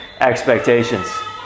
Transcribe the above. expectations